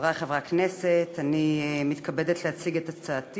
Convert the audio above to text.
כבוד היושב-ראש,